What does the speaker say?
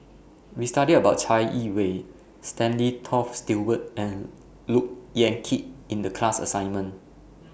We studied about Chai Yee Wei Stanley Toft Stewart and Look Yan Kit in The class assignment